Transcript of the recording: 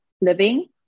living